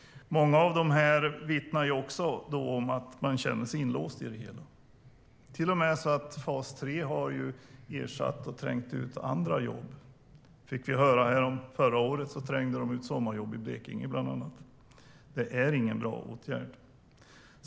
Många av dessa vittnar om att de känner sig inlåsta i fas 3. Det är till och med så att fas 3 har ersatt och trängt ut andra jobb. Häromåret fick vi höra att bland annat sommarjobb i Blekinge trängdes ut. Det är ingen bra åtgärd.